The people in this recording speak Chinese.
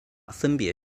分别